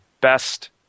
best